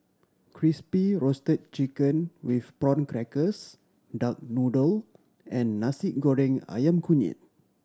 Crispy Roasted Chicken with Prawn Crackers duck noodle and Nasi Goreng Ayam Kunyit